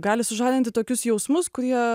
gali sužadinti tokius jausmus kurie